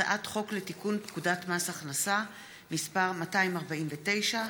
הצעת חוק לתיקון פקודת מס הכנסה (מס' 249),